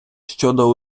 щодо